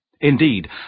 Indeed